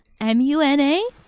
M-U-N-A